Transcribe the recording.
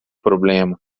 problema